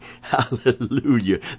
hallelujah